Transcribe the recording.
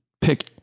pick